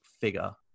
figure